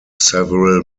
several